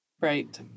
Right